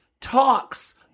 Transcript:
talks